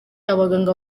abaganga